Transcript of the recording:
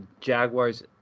Jaguars